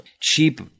cheap